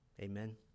Amen